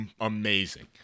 amazing